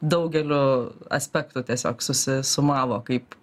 daugeliu aspektų tiesiog susi sumavo kaip